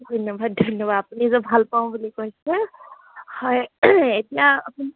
ধন্যবাদ ধন্যবাদ আপুনি যে ভাল পাওঁ বুলি কৈছে হয় এতিয়া আপুনি